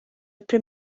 prim